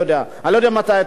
אני לא יודע מתי אתה היית.